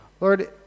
Lord